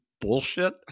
bullshit